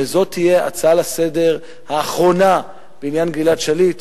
שזאת תהיה ההצעה לסדר-היום האחרונה בעניין גלעד שליט.